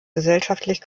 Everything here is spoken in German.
gesellschaftlich